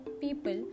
people